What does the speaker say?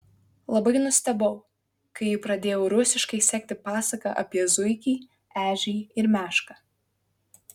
labai nustebau kai ji pradėjo rusiškai sekti pasaką apie zuikį ežį ir mešką